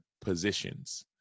positions